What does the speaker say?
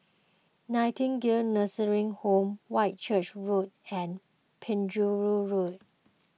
Nightingale Nursing Home Whitchurch Road and Penjuru Road